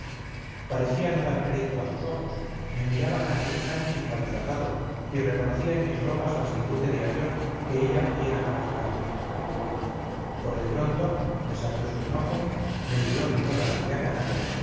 parecía no dar crédito a sus ojos me miraba casi exánime y maltratado y reconocía en mis ropas las del duque de arión que ella me diera para fugarme por de pronto a pesar de su enojo me libró de toda aquella canalla